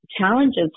challenges